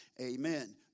Amen